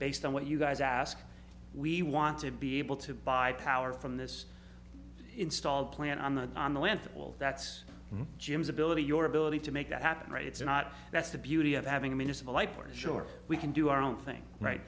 based on what you guys ask we want to be able to buy power from this installed plan on the on the land well that's jim's ability your ability to make that happen right it's not that's the beauty of having i mean just like we're sure we can do our own thing right